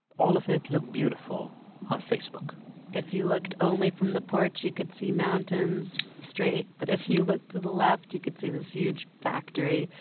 all of it look beautiful on facebook if you looked only from the porch, you could see mountains straight. but if you looked to the left, you could see this huge factory.